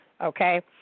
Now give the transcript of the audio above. okay